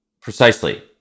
precisely